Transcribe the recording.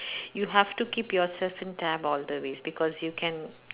you have to keep yourself in tab all the way because you can